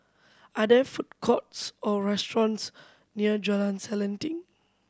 are there food courts or restaurants near Jalan Selanting